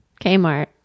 Kmart